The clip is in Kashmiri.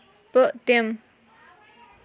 پٔتِم